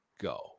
go